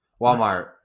Walmart